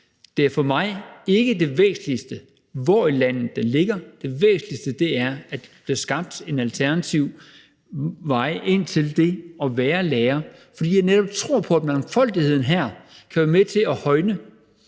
Det er for mig ikke det væsentligste, hvor i landet den ligger. Det væsentligste er, at der bliver skabt en alternativ vej ind til det at være lærer, fordi jeg netop tror på, at mangfoldigheden her kan være med til at højne